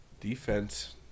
Defense